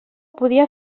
podia